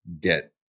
get